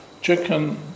chicken